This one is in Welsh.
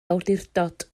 awdurdod